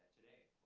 today?